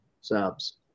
subs